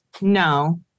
No